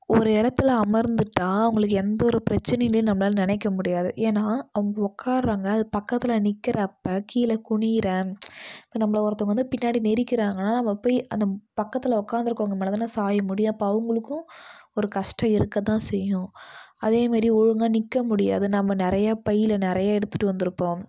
ஒரு இடத்துல அமர்ந்துவிட்டா அவுங்களுக்கு எந்த ஒரு பிரச்சனையும் இல்லைன்னு நம்மளால நினைக்க முடியாது ஏன்னா அவங்க உக்கார்றாங்க அது பக்கத்தில் நிற்கிறப்ப கீழே குனிகிறேன் இப்போ நம்மள ஒருத்தவங்க வந்து பின்னாடி நெரிக்கிறாங்கனா நம்ம போய் அந்த பக்கத்தில் உக்காந்துருக்கவுங்க மேலே தான் சாய முடியும் அப்போ அவுங்களுக்கும் ஒரு கஷ்டம் இருக்கதான் செய்யும் அதேமாதிரி ஒழுங்காக நிற்க முடியாது நம்ம நிறையா பையில நிறையா எடுத்துகிட்டு வந்திருப்போம்